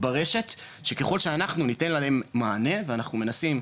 ברשת שככול שאנחנו ניתן להם מענה ואנחנו מנסים,